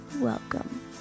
welcome